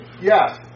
yes